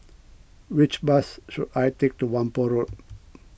which bus should I take to Whampoa Road